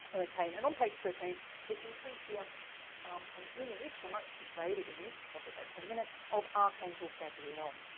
okay and on page thirteen we can see here an image. a much degraded image which i'll get back to in a minute of archangel gabriel.